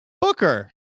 Booker